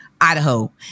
Idaho